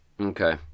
Okay